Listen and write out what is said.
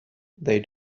they